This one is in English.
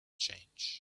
change